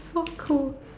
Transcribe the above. so cool